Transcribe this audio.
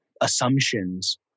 assumptions